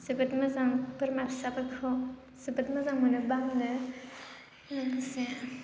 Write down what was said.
जोबोद मोजां बोरमा फिसाफोरखौ जोबोद मोजां मोनो बामनो लोगोसे